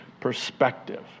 perspective